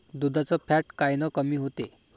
दुधाचं फॅट कायनं कमी होते?